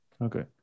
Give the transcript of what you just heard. Okay